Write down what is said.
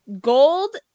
gold